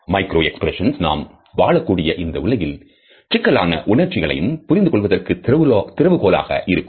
micro expressions நாம் வாழக்கூடிய இந்த உலகில் சிக்கலான உணர்வுகளையும் புரிந்து கொள்வதற்கு திறவுகோலாக இருக்கும்